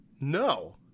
No